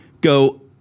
go